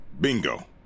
Bingo